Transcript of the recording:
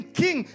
king